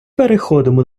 переходимо